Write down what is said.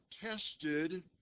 tested